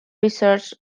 research